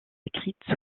écrite